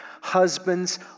Husbands